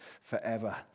forever